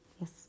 Yes